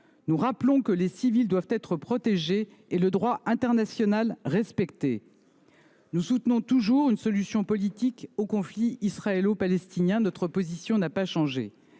Nous rappelons que les civils doivent être protégés et le droit international respecté. Nous soutenons toujours une solution politique au conflit israélo-palestinien : notre position n’a pas changé.